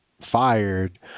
fired